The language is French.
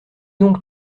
donc